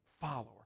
follower